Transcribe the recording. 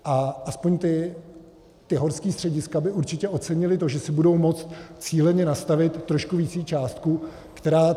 A aspoň ta horská střediska by určitě ocenila to, že si budou moct cíleně nastavit trošku vyšší částku, která...